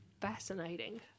fascinating